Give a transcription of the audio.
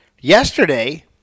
yesterday